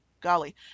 golly